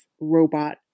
robot